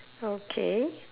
okay